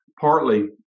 partly